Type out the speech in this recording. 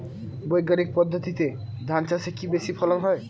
বৈজ্ঞানিক পদ্ধতিতে ধান চাষে কি বেশী ফলন হয়?